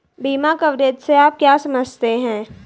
बीमा कवरेज से आप क्या समझते हैं?